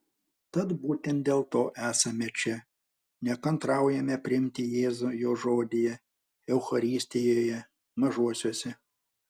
tad būtent dėl to esame čia nekantraujame priimti jėzų jo žodyje eucharistijoje mažuosiuose